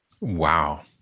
Wow